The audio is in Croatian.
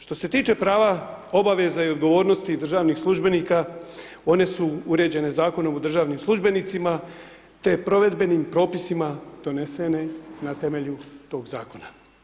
Što se tiče prava, obaveze i odgovornosti državnih službenika, one su uređene Zakonom o državnim službenicima te provedbenim propisima donesene na temelju tog zakona.